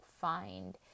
find